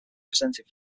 presented